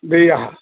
देयः